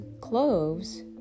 cloves